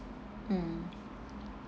mm